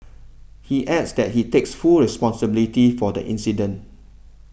he adds that he takes full responsibility for the incident